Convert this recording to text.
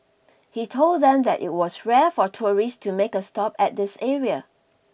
he told them that it was rare for tourists to make a stop at this area